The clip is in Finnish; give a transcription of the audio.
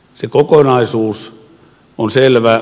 se kokonaisuus on selvä